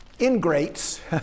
ingrates